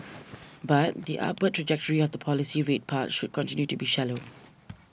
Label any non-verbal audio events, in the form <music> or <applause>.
<noise> but the upward trajectory of the policy rate path should continue to be shallow